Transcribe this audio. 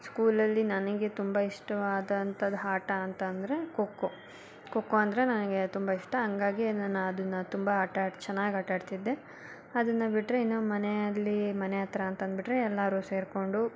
ಸ್ಕೂಲಲ್ಲಿ ನನಗೆ ತುಂಬ ಇಷ್ಟವಾದ ಅಂಥದ್ದು ಆಟ ಅಂತಂದರೆ ಖೋ ಖೋ ಖೋ ಖೋ ಅಂದರೆ ನನಗೆ ತುಂಬ ಇಷ್ಟ ಹಂಗಾಗಿ ನಾನು ಅದನ್ನು ತುಂಬ ಆಟ ಚೆನ್ನಾಗಿ ಆಟಾಡ್ತಿದ್ದೆ ಅದನ್ನು ಬಿಟ್ಟರೆ ಇನ್ನು ಮನೆಯಲ್ಲಿ ಮನೆ ಹತ್ರ ಅಂತ ಅಂದುಬಿಟ್ರೆ ಎಲ್ಲರೂ ಸೇರಿಕೊಂಡು